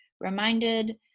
reminded